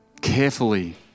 carefully